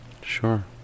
Sure